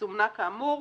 שסומנה כאמור.